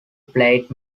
played